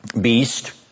beast